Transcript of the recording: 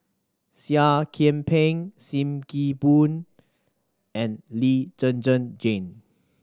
Seah Kian Peng Sim Kee Boon and Lee Zhen Zhen Jane